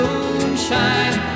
Moonshine